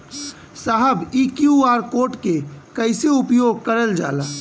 साहब इ QR code के कइसे उपयोग करल जाला?